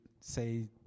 say